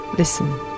Listen